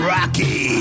Rocky